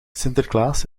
sinterklaas